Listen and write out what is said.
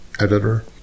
editor